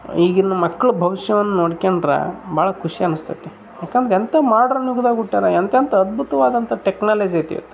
ಈಗಿನ ಮಕ್ಕಳು ಭವಿಷ್ಯವನ್ ನೋಡ್ಕೊಂಡ್ರೆ ಭಾಳ ಖುಷಿ ಅನ್ನಸ್ತೈತಿ ಯಾಕಂದ್ರೆ ಎಂಥ ಮಾಡ್ರನ್ ಯುಗದಾಗುಟ್ಟರ ಎಂತೆಂಥ ಅದ್ಬುತವಾದಂಥ ಟೆಕ್ನಾಲಜಿ ಐತಿ ಇವತ್ತು